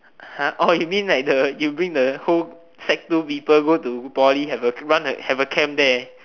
you mean like the you bring the whole sec two people to poly run a have a camp there